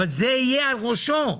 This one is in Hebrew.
אבל זה יהיה על ראשו.